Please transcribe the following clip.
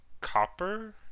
copper